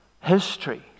history